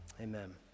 Amen